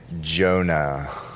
Jonah